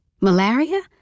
malaria